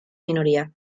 minoría